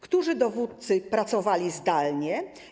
Którzy dowódcy pracowali zdalnie?